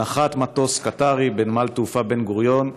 נחת מטוס קטארי בנמל התעופה בן-גוריון,